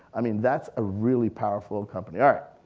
i mean that's a really powerful company. all right,